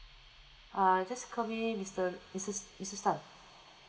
uh just call me mister missus missus tan